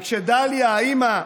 וכשדליה, האימא,